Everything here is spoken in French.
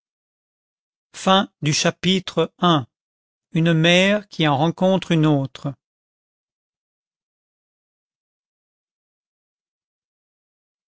chapitre i une mère qui en rencontre une autre